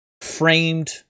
framed